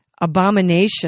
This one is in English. abomination